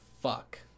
fuck